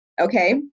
okay